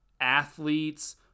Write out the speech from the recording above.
Athletes